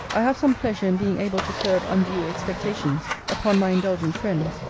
i have some pleasure in being able to curb undue expectations upon my indulgent friends,